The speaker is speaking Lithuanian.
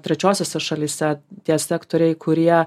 trečiosiose šalyse tie sektoriai kurie